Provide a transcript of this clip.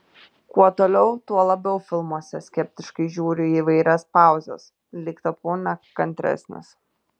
kuo toliau tuo labiau filmuose skeptiškai žiūriu į įvairias pauzes lyg tapau nekantresnis